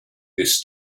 this